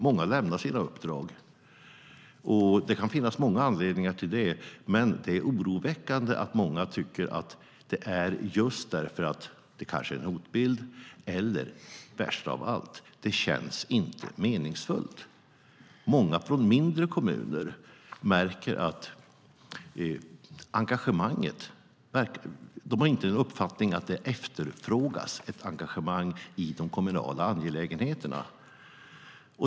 Många lämnar sina uppdrag, och det kan finnas många anledningar till det, men det är oroväckande att många tycker att det kanske finns en hotbild eller, värst av allt, att det inte känns meningsfullt. Många i mindre kommuner tycker inte att det efterfrågas ett engagemang i de kommunala angelägenheterna.